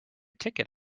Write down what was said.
ticket